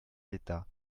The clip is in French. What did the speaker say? d’état